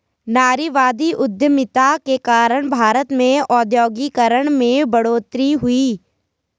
नारीवादी उधमिता के कारण भारत में औद्योगिकरण में बढ़ोतरी हुई